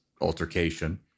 altercation